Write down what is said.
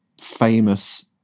famous